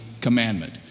commandment